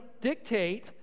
dictate